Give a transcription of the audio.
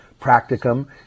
practicum